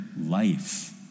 life